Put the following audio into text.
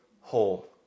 whole